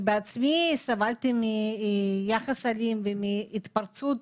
שבעצמי סבלתי מיחס אלים ומהתפרצות